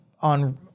on